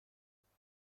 پیامو